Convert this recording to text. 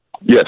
Yes